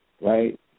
right